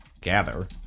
gather